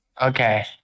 Okay